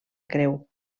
creu